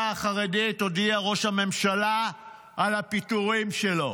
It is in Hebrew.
החרדית הודיע ראש הממשלה על הפיטורים שלו,